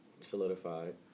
solidified